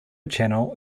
channel